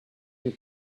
your